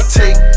take